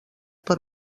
per